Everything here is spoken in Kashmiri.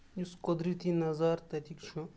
یُس قُدرٔتی نظارٕ تَتِکۍ چھُ